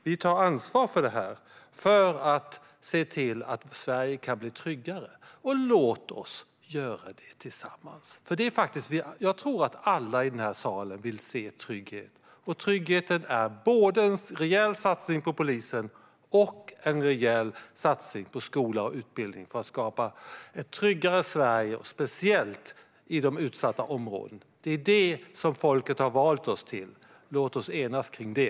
Vi tar ansvar för det, för att Sverige ska kunna bli tryggare. Låt oss göra det tillsammans. Jag tror att alla i denna sal vill se trygghet, och tryggheten är både en rejäl satsning på polisen och en rejäl satsning på skola och utbildning för att skapa ett tryggare Sverige, speciellt i de utsatta områdena. Det är detta som folket har valt oss för. Låt oss enas kring det!